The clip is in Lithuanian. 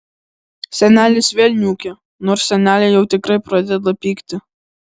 senelis vėl niūkia nors senelė jau tikrai pradeda pykti